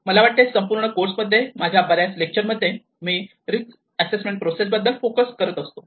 मला वाटते संपूर्ण कोर्से मध्ये माझ्या बऱ्याच लेक्चर मध्ये मी रिस्क असेसमेंट प्रोसेस बद्दल फोकस करत असतो